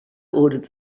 ordered